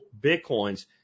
Bitcoins